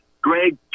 Greg